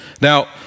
Now